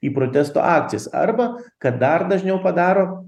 į protesto akcijas arba ką dar dažniau padaro